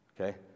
Okay